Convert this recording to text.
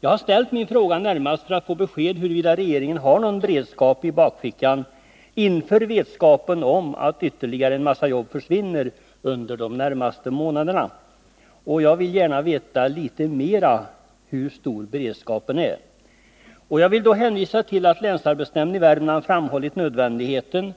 Jag har ställt min fråga närmast för att få besked huruvida regeringen har någon beredskap inför vetskapen om att ytterligare en mängd jobb försvinner under de närmaste månaderna. Jag vill gärna veta litet mer om hur stor beredskapen är. Då vill jag hänvisa till att länsarbetsnämnden i Värmland har framhållit nödvändigheten